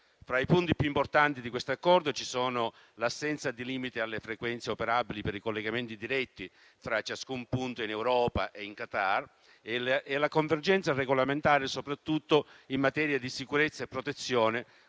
Fra i punti più importanti di questo Accordo cito l'assenza di limiti alle frequenze operabili per i collegamenti diretti fra ciascun punto in Europa e in Qatar e la convergenza regolamentare soprattutto in materia di sicurezza e protezione,